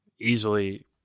easily